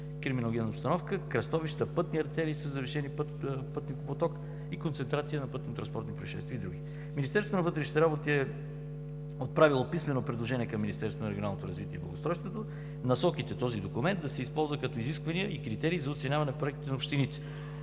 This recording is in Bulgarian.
криминогенна обстановка – кръстовища, пътни артерии със завишен пътникопоток и концентрация на пътнотранспортни произшествия, и други. Министерството на вътрешните работи е отправило писмено предложение към Министерството на регионалното развитие и благоустройството насоките в този документ да се използват като изисквания и критерии за оценяване на проектите на общините.